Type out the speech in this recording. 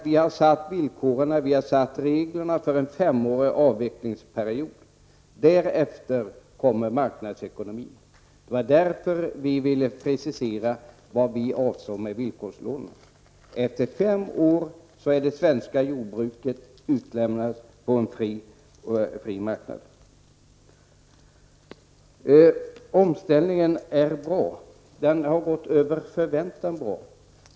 Vi har satt villkoren för en femårig avvecklingsperiod, och därefter kommer marknadsekonomin. Det var därför vi ville precisera vad vi avsåg med villkorslånen. Efter fem år är det svenska jordbruket utlämnat på en fri marknad. Omställningen är bra. Den har gått över förväntan bra.